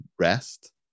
rest